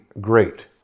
great